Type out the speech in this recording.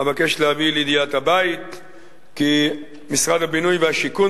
אבקש להביא לידיעת הבית כי משרד הבינוי והשיכון,